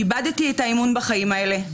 איבדתי את האמון בחיים האלה,